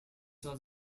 was